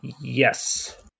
Yes